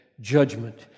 judgment